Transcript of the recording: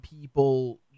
people